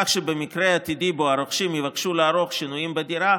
כך שבמקרה עתידי שבו הרוכשים יבקשו לערוך שינויים בדירה,